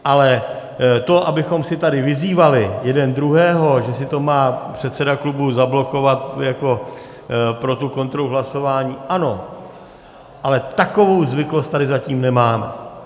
Ale to, abychom se tady vyzývali jeden druhého, že si to má předseda klubu zablokovat jako pro tu kontrolu hlasování ano, ale takovou zvyklost tady zatím nemáme.